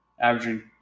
averaging